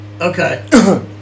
Okay